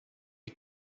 est